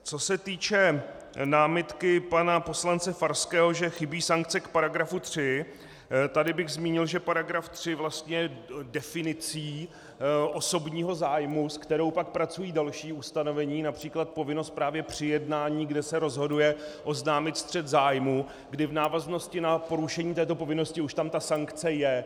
Co se týče námitky pana poslance Farského, že chybí sankce k § 3, tady bych zmínil, že § 3 vlastně definicí osobního zájmu, s kterou pak pracují další ustanovení, např. povinnost právě při jednání, kde se rozhoduje oznámit střet zájmů, kdy v návaznosti na porušení této povinnosti už tam sankce je.